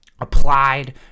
Applied